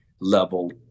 level